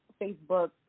Facebook